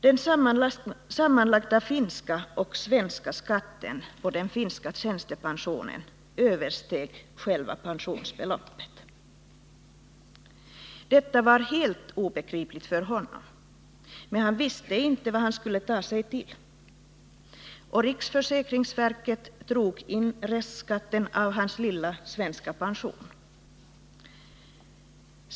Den sammanlagda finska och svenska skatten på den finska tjänstepensionen översteg själva pensionsbeloppet. Detta var helt obegripligt för honom, men han visste inte vad han skulle ta sig till. Riksförsäkringsverket drog restskatten från hans lilla svenska pension.